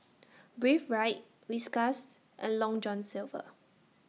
Breathe Right Whiskas and Long John Silver